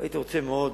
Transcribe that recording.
הייתי רוצה מאוד